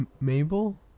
Mabel